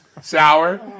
sour